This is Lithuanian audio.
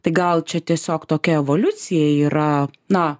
tai gal čia tiesiog tokia evoliucija yra na